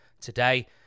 today